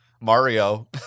Mario